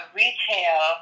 retail